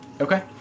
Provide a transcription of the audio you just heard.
Okay